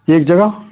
एक जगह